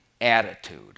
attitude